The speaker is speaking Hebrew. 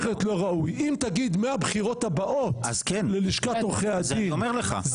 יקבעו שהחל מהבחירות הבאות --- אני חושב,